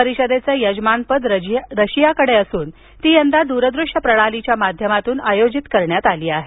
परीषदेचं यजमानपद रशियाकडं असून ती यंदा दूर दृश्य प्रणालीच्या माध्यमातून आयोजित करण्यात आली आहे